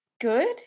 good